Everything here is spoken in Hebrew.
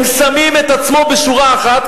הם שמים את עצמם בשורה אחת,